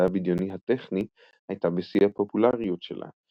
הבדיוני הטכני הייתה בשיא הפופולריות שלה,